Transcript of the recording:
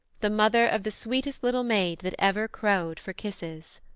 the mother of the sweetest little maid, that ever crowed for kisses